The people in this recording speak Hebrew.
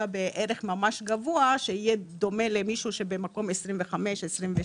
בערך ממש גבוה שיהיה דומה למישהו שבמקום 25 26,